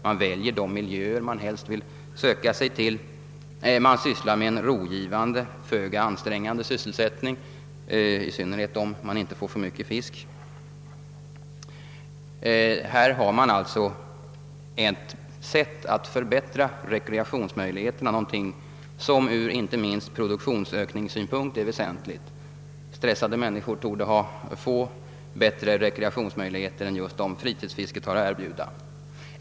Han väljer också de miljöer som han helst vill söka sig till och sysslar med en rogivande och föga ansträngande hobby — speciellt om han inte får för mycket fisk. Här har vi alltså ett sätt att förbättra rekreationsmöjligheterna, något som inte minst ur produktionsökningssynpunkt är väsentligt. Stressade människor torde hitta få bättre rekreationsmöjligheter än dem fritidsfisket kan erbjuda.